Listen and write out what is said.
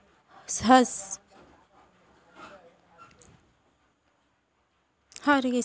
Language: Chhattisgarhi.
एड इंटर बेंक बेनिफिसियरी म ट्रांसफर लिमिट एमाउंट म जाके जादा ले जादा कतका पइसा भेजना हे तेन ल सेट कर सकत हस